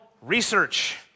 research